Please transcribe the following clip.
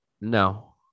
no